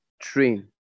train